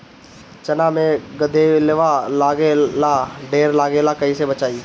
चना मै गधयीलवा लागे ला ढेर लागेला कईसे बचाई?